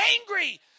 angry